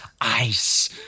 Ice